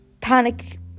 panic